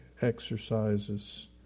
exercises